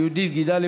ליהודית גידלי,